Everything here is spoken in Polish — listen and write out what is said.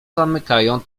zamykają